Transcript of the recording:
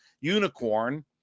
Unicorn